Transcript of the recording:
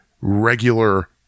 regular